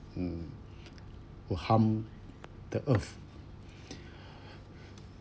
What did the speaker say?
mm will harm the earth